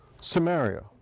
Samaria